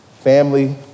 Family